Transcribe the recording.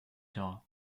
door